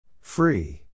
Free